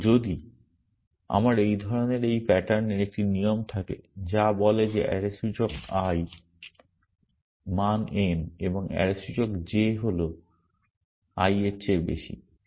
এবং যদি আমার এই ধরনের বা এই প্যাটার্নের একটি নিয়ম থাকে যা বলে যে অ্যারে সূচক i মান n এবং অ্যারে সূচক j হল i এর চেয়ে বেশি